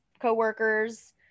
co-workers